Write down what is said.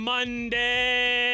Monday